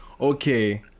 okay